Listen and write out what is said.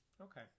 Okay